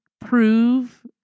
prove